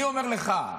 אני אומר לך,